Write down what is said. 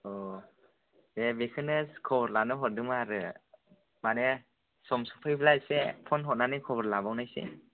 अ दे बेखौनो खबर लानो हरदोंमोन आरो माने सम सफैब्ला एसे फ'न हरनानै खबर लाबावनोसै